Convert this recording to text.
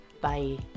bye